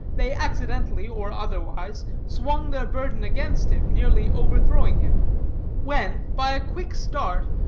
they accidentally or otherwise swung their burden against him, nearly overthrowing him when, by a quick start,